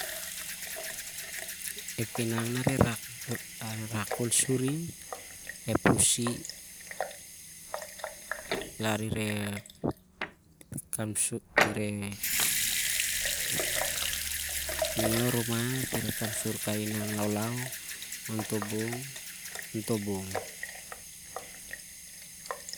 Ep inang na reh rah khol suri ep pusi lar aring. loh rumai ap ireh kapsur kai inang laulau onto bong.